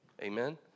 Amen